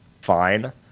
fine